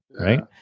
Right